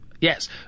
Yes